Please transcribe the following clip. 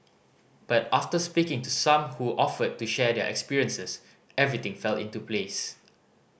but after speaking to some who offered to share their experiences everything fell into place